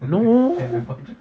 no